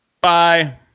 Bye